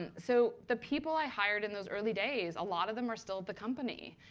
and so the people i hired in those early days, a lot of them are still the company.